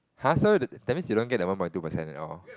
!huh! so th~ that means you don't get the one point two percent at all